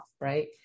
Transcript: right